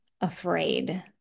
afraid